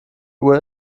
uhr